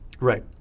Right